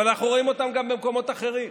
אבל אנחנו רואים אותם גם במקומות אחרים.